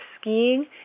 skiing